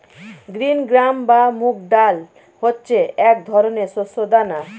green gram বা মুগ ডাল হচ্ছে এক ধরনের শস্য দানা